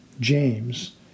James